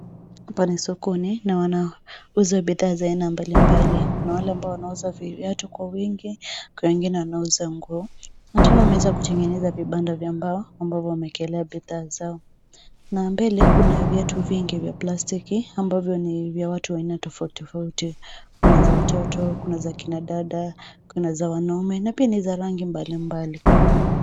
Hapa ni sokoni na wanauza bidhaa za aina mbalimbali. Kuna wale ambao wanauza viatu kwa wingi, kuna wengine wanauza nguo na tunaona wameweza kutengeneza vibanda vya mbao ambao wamewekelea bidhaa zao a mbele kuna viatu vingi vya plastiki ambavyo ni vya watu wa aina tofautitofauti, kuna za watoto, kuna za wakina dada, kuna za wanaume na pia ni za rangi mbalimbali.